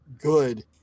good